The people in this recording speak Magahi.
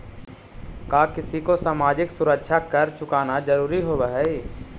का किसी को सामाजिक सुरक्षा कर चुकाना जरूरी होवअ हई